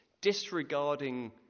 disregarding